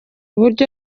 buryo